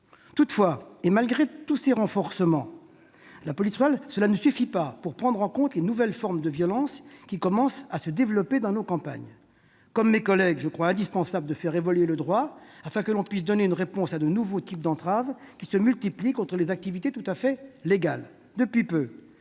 Toutefois, malgré tous ces renforcements, cela ne suffit pas pour prendre en compte les nouvelles formes de violence qui commencent à se développer dans nos campagnes. Comme mes collègues, je crois indispensable de faire évoluer le droit, afin que l'on puisse donner une réponse à de nouveaux types d'entraves qui se multiplient contre des activités tout à fait légales. Depuis peu,